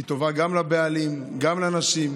היא טובה גם לבעלים, גם לנשים.